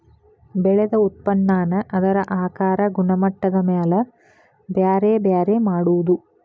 ಬೆಳದ ಉತ್ಪನ್ನಾನ ಅದರ ಆಕಾರಾ ಗುಣಮಟ್ಟದ ಮ್ಯಾಲ ಬ್ಯಾರೆ ಬ್ಯಾರೆ ಮಾಡುದು